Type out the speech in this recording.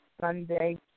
Sunday